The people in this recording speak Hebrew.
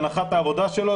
הנחת העבודה שלו,